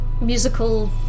musical